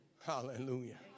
Hallelujah